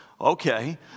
Okay